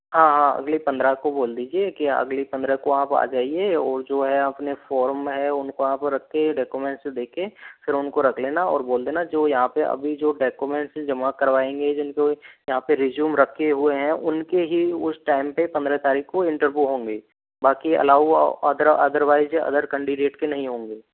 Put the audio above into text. हाँ हाँ अगली पन्द्रह को बोल दीजिए की अगली पन्द्रह को आप आ जाइए और जो है अपने फोर्म है उनको आप रखके डक्यूमेंट देकर फ़िर उनको रख लेना और बोल देना जो यहाँ पर भी जो डक्यूमेंट जमा करवाएंगे जिनके यहाँ पर रिज्यूम रखे हुए हैं उनके ही उस टाइम पर पन्द्रह तारीख को इंटरव्यू होंगे बाकी allow other otherwise other candidate की नहीं होंगे